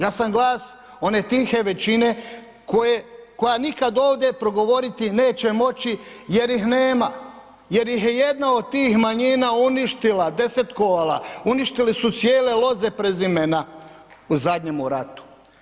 Ja sam glas one tihe većine koja nikad ovdje progovoriti neće moći jer ih nema, jer ih jedno od tih manjina uništila, desetkovala, uništili su cijele loze prezimena u zadnjemu ratu.